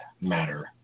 matter